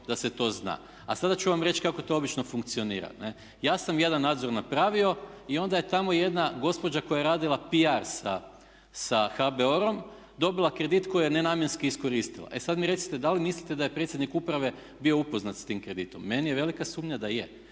da se to zna. A sada ću vam reći kako to obično funkcionira. Ja sam jedan nadzor napravio i onda je tamo jedna gospođa koja je radila PR sa HBOR-om dobila kredit koji je nenamjenski iskoristila. E sada mi recite da je predsjednik uprave bio upoznat sa tim kreditom? Meni je velika sumnja da je.